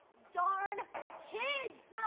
darn kids!